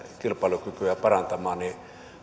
kilpailukykyä parantamaan